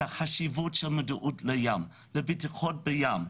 החשיבות של המודעות לים ובטיחות בים.